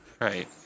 Right